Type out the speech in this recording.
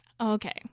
okay